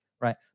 right